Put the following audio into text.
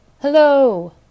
Hello